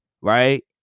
right